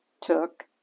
took